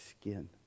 skin